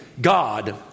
God